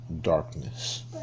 darkness